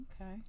okay